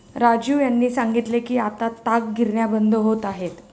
राजीव यांनी सांगितले की आता ताग गिरण्या बंद होत आहेत